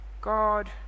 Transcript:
God